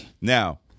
Now